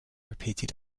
repeated